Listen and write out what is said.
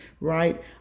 right